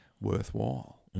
worthwhile